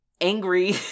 angry